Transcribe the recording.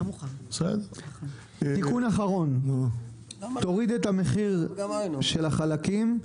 תיקון אחרון תוריד את המחיר של החלקים,